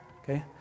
Okay